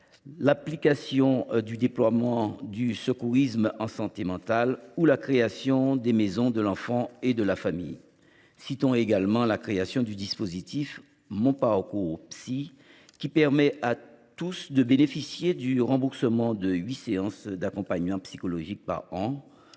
l’amplification du déploiement du secourisme en santé mentale ou la création des maisons de l’enfant et de la famille. Citons également la création du dispositif MonParcoursPsy, qui permet à tous de bénéficier du remboursement de huit séances d’accompagnement psychologique par an,